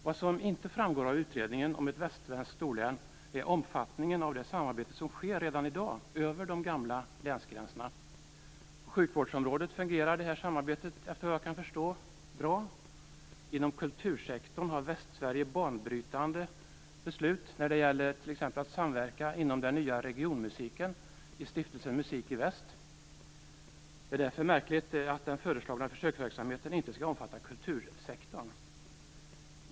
Vad som inte framgår av utredningen om ett västsvenskt storlän är omfattningen av det samarbete som sker redan i dag över de gamla länsgränserna. På sjukvårdsområdet fungerar detta samarbete bra, efter vad jag kan förstå. Inom kultursektorn fattades banbrytande beslut i Västsverige när det t.ex. gällde att samverka inom den nya regionmusiken i stiftelsen Musik i Väst. Det är därför märkligt att den föreslagna försöksverksamheten inte skall omfatta kultursektorn.